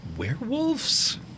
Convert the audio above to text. Werewolves